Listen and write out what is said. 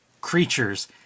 creatures